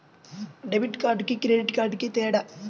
Debit కార్డుకి credit కార్డుకి తేడా?